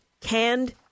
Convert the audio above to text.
canned